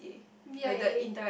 V I A